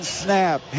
snap